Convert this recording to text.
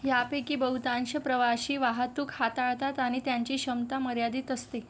ह्यापैकी बहुतांश प्रवासी वाहतूक हाताळतात आणि त्यांची क्षमता मर्यादित असते